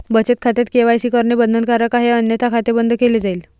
बचत खात्यात के.वाय.सी करणे बंधनकारक आहे अन्यथा खाते बंद केले जाईल